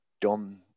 done